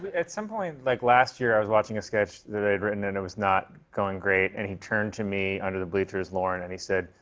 at some point like last year, i was watching a sketch that they had written, and it was not going great, and he turned to me under the bleachers, lorne, and he said,